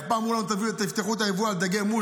פעם אמרו לנו: תפתחו את היבוא על דגי מושט,